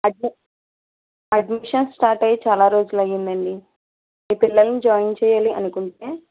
అడ్మి admissions start అయి చాలా రోజులయ్యిందండి మీ పిల్లల్ని జాయిన్ చెయ్యాలి అనుకుంటే